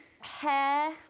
hair